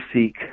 seek